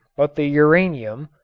but the uranium,